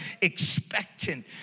expectant